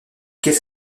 qu’est